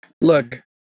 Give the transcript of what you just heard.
look